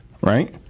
Right